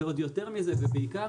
ועוד יותר מזה ובעיקר